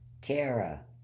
Tara